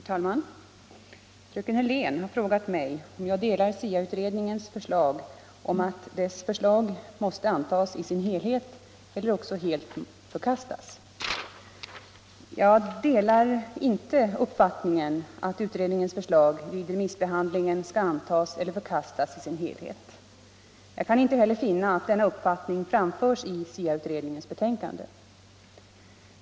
Herr talman! Fröken Hörlén har frågat mig om jag delar uppfattningen att SIA-utredningens förslag måste antas i sin helhet eller också helt förkastas. Jag delar inte uppfattningen att utredningens förslag vid remissbehandlingen skall antas eller förkastas i sin helhet. Jag kan inte heller finna att denna uppfattning framförs i SIA-utredningens betänkande.